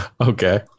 Okay